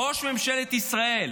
ראש ממשלת ישראל,